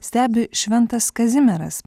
stebi šventas kazimieras